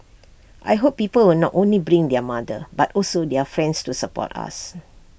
I hope people will not only bring their mother but also their friends to support us